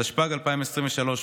התשפ"ג 2023,